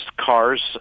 cars